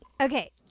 okay